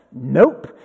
Nope